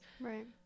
right